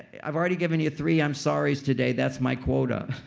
i've already given you three i'm sorry's today, that's my quota.